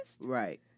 right